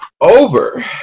Over